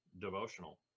devotional